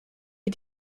wir